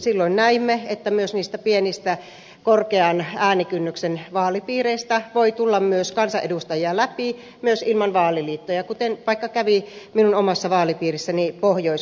silloin näimme että myös niistä pienistä korkean äänikynnyksen vaalipiireistä voi tulla kansanedustajia läpi ilman vaaliliittoja kuten kävi vaikka minun omassa vaalipiirissäni pohjois karjalassa